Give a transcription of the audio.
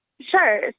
Sure